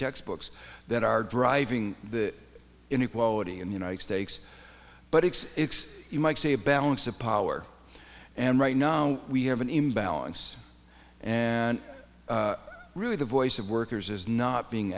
textbooks that are driving the inequality in the united states but it's you might say a balance of power and right now we have an imbalance and really the voice of workers is not being